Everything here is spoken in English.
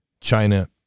China